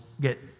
get